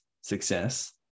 success